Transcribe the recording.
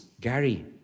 Gary